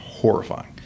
Horrifying